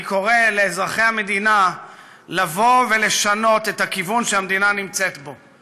אני קורא לאזרחי המדינה לבוא ולשנות את הכיוון שהמדינה נמצאת בו.